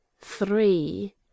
Three